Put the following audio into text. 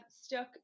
stuck